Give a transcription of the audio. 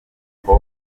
moko